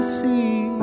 see